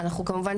כמובן,